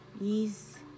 Ease